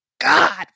god